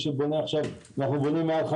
מה, אנחנו עבדים שחורים?